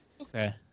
Okay